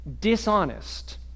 dishonest